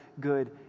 good